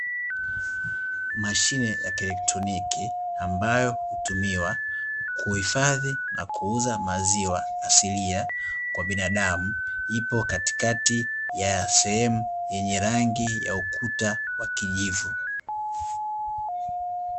Mashine ya Kielektoniki "Milk ATM", ambayo hutumiwa kuhifadhi na kuuza maziwa asilia kwa binadamu. Ipo katikati ya sehemu yenye rangi ya ukuta wa kijivu.